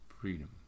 freedom